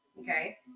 Okay